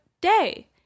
day